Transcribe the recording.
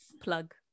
plug